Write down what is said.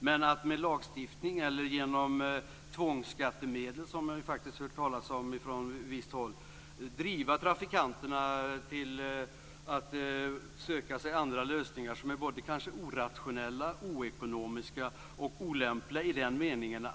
Men vi avvisar definitivt den metod som innebär att med hjälp av lagstiftning eller tvångsskattemedel driva trafikanterna till att söka sig andra lösningar som kan vara orationella, oekonomiska och olämpliga.